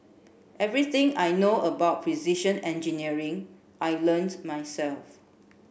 everything I know about precision engineering I learnt myself